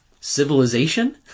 civilization